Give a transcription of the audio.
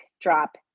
drop